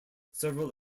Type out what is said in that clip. several